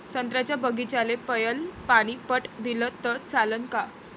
संत्र्याच्या बागीचाले पयलं पानी पट दिलं त चालन का?